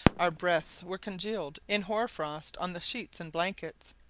our breaths were congealed in hoar-frost on the sheets and blankets.